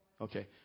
Okay